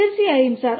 തീർച്ചയായും സർ